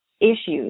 issues